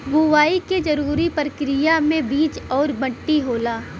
बुवाई के जरूरी परकिरिया में बीज आउर मट्टी होला